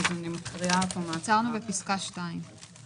אקרא אותו מן ההתחלה.